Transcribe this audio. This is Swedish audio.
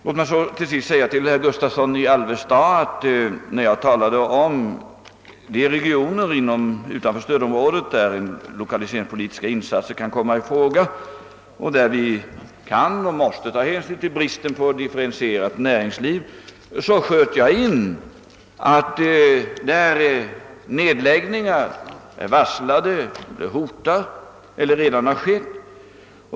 Låt mig till sist påpeka för herr Gustavsson i Alvesta, att när jag talade om de regioner utanför stödområde, där lokaliseringspolitiska insatser kan komma i fråga och där vi kan och måste ta hänsyn till bristen på differentierat näringsliv, sköt jag in att det gällde där nedläggningar är varslade, hotar eller redan har skett.